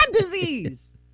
disease